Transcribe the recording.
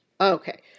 Okay